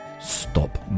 stop